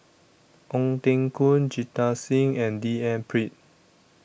Ong Teng Koon Jita Singh and D N Pritt